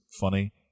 funny